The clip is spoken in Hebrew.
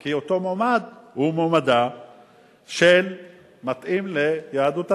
כי אותו מועמד הוא מועמד שמתאים ליהדות התורה.